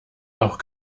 auch